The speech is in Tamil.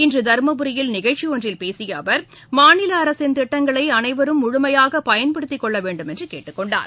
இன்று தர்மபுரியில் நிகழ்ச்சி ஒன்றில் பேசிய அவர் மாநில அரசின் திட்டங்களை அனைவரும் முழுமையாக பயன்படுத்திக் கொள்ள வேண்டும் என்று கேட்டுக் கொண்டார்